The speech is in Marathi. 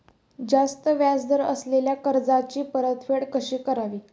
जास्त व्याज दर असलेल्या कर्जाची परतफेड कशी करावी?